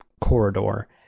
corridor